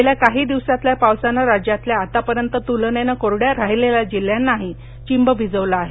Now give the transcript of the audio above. गेल्या काही दिवसातल्या पावसानं राज्यातल्या आतापर्यंत तुलनेनं कोरड्या राहिलेल्या जिल्ह्यांनाही चिंब भिजवलं आहे